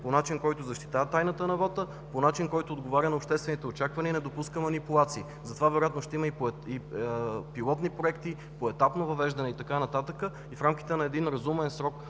по начин, който защитава тайната на вота, по начин, който отговаря на обществените очаквания и не допуска манипулации. Затова вероятно ще има и пилотни проекти, поетапно въвеждане и така нататък, и в рамките на един разумен срок,